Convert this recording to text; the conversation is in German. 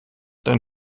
dein